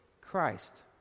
Christ